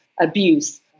abuse